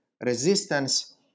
resistance